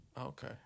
Okay